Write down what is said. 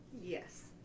Yes